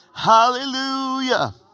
Hallelujah